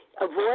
avoid